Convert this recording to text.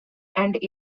and